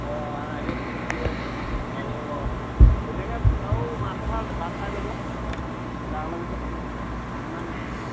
অঁ আহিলে আৰু ধুনীয়াকৈ আৰু মাছে ভাত খাই যাব ইমান